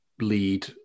lead